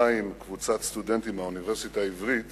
עם קבוצת סטודנטים מהאוניברסיטה העברית